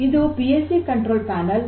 ಇದು P L C control panel